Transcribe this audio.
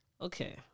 Okay